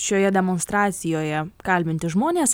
šioje demonstracijoje kalbinti žmonės